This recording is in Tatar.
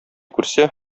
күрсә